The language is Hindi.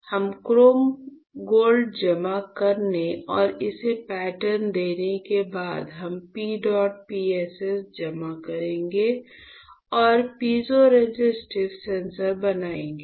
हम क्रोम गोल्ड जमा करने और इसे पैटर्न देने के बाद हम P डॉट PSS जमा करेंगे और पीज़ोरेसिस्टिव सेंसर बनाएंगे